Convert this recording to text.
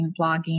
blogging